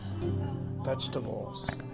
vegetables